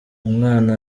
umwana